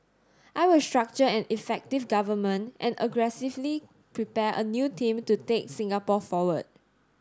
I will structure an effective government and aggressively prepare a new team to take Singapore forward